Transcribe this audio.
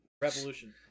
revolution